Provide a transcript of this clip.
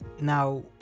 now